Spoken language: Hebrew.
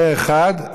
פה אחד.